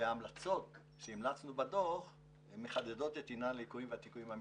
ההמלצות שהמלצנו בדוח מחדדות את עניין הליקויים והתיקונים המתבקשים.